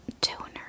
toner